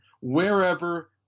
wherever